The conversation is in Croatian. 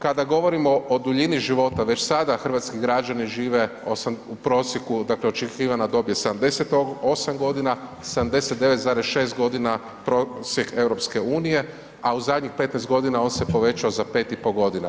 Kada govorimo o duljini života već sada hrvatski građani žive u prosjeku, dakle očekivana dob je 78 godina, 79,6 godina prosjek EU, a u zadnjih 15 godina on se povećao za 5,5 godina.